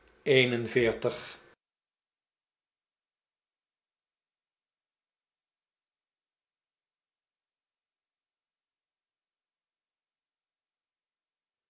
een en veertig